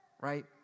right